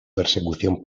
persecución